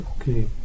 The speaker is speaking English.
okay